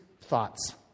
thoughts